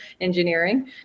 engineering